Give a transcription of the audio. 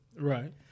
right